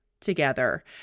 together